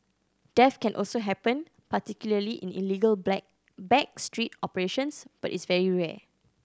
death can also happen particularly in illegal black back street operations but is very rare